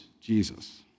Jesus